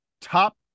top